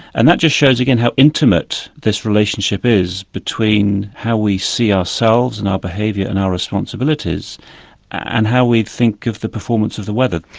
and that shows again how intimate this relationship is between how we see ourselves and our behaviour and our responsibilities and how we think of the performance of the weather.